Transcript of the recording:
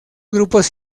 grupos